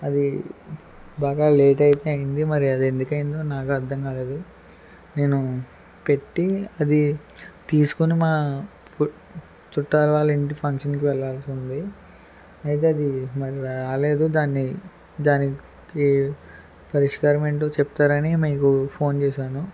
అది బాగా లేట్ అయితే అయ్యింది మరి అది ఎందుకయ్యిందో నాకు అర్థం కాలేదు నేను పెట్టి అది తీసుకుని మా పు చుట్టాల వాళ్ళ ఇంటి ఫంక్షన్కి వెళ్ళాల్సి ఉంది అయితే అది మరి రాలేదు దాన్ని దాని కి పరిష్కారం ఏంటో చెప్తారని మీకు ఫోన్ చేసాను